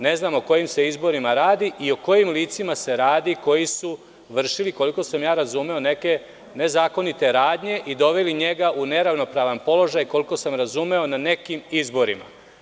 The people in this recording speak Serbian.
Ne znam o kojim izborima se radi i o kojim licima se radi koji su vršili koliko sam razumeo, neke nezakonite radnje i doveli njega u neravnopravan položaj na nekim izborima.